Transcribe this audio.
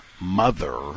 mother